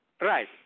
Right